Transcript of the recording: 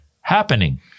happening